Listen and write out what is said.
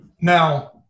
now